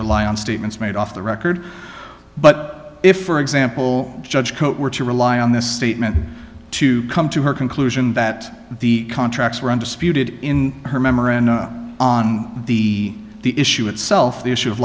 rely on statements made off the record but if for example judge coat were to rely on this statement to come to her conclusion that the contracts were undisputed in her memory on the the issue itself